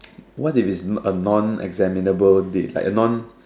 what if it's non a non-examinable date like a non